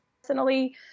personally